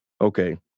Okay